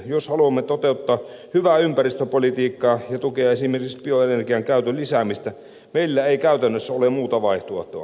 jos haluamme toteuttaa hyvää ympäristöpolitiikkaa ja tukea esimerkiksi bioenergian käytön lisäämistä meillä ei käytännössä ole muuta vaihtoehtoa